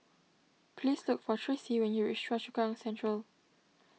please look for Tracie when you reach Choa Chu Kang Central